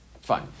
Fine